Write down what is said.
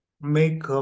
make